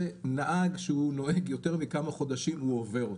נהג שנוהג יותר מכמה חודשים עובר אותו,